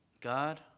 God